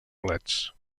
bolets